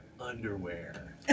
underwear